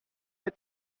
est